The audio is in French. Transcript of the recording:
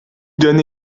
donne